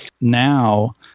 Now